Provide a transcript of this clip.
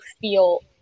feel